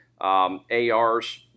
ARs